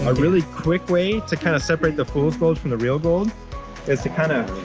ah really quick way to kind of separate the fool's gold from the real gold is to kind of.